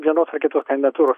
vienos ar kitos kandidatūros